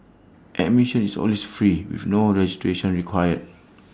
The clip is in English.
admission is always free with no registration required